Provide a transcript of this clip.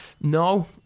no